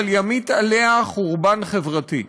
אבל ימיט עליה חורבן חברתי.